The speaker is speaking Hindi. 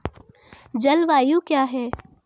जलवायु क्या है?